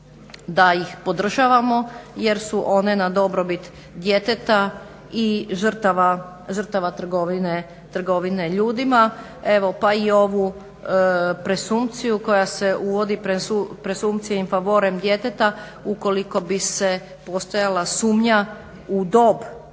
da ih podržavamo jer su one na dobrobit djeteta i žrtava trgovine ljudima, evo pa i ovu presumpciju koja se uvodi, presumpcija in favorem djeteta ukoliko bi postojala sumnja u dob